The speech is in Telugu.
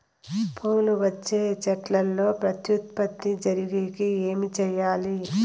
పూలు వచ్చే చెట్లల్లో ప్రత్యుత్పత్తి జరిగేకి ఏమి చేయాలి?